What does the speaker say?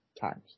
times